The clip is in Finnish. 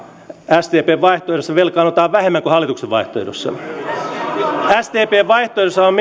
sdpn vaihtoehdossa velkaannutaan vähemmän kuin hallituksen vaihtoehdossa sdpn vaihtoehdossa on